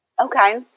Okay